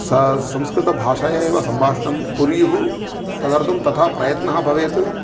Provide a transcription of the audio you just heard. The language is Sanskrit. स संस्कृतभाषायैव संभाषणं कुर्युः तदर्थं तथा प्रयत्नः भवेत्